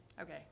Okay